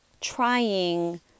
trying